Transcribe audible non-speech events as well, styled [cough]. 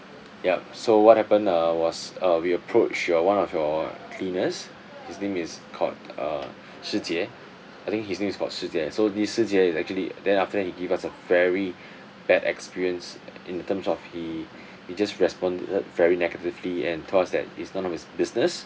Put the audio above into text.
yup so what happened uh was uh we approach your one of your cleaners his name is called uh [breath] shi jie I think his name is called shie jie so this shi jie is actually then after that he give us a very [breath] bad experience uh in the terms of he [breath] he just responded very negatively and told us that it's none of his business